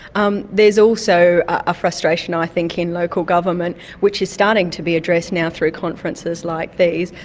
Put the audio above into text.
um there's also a frustration i think in local government which is starting to be addressed now through conferences like these,